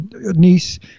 niece